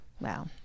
Wow